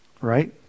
right